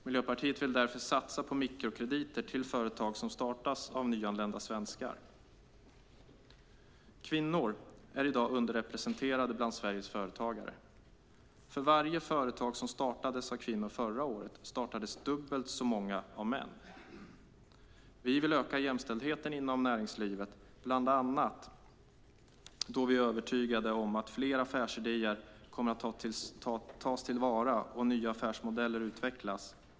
Miljöpartiet vill därför satsa på mikrokrediter till företag som startas av nyanlända svenskar. Kvinnor är i dag underrepresenterade bland Sveriges företagare. För varje företag som startades av kvinnor förra året startade dubbelt så många av män. Vi vill öka jämställdheten inom näringslivet, bland annat för att vi är övertygade om att fler affärsidéer då kommer att tas till vara och nya affärsmodeller utvecklas.